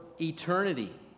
eternity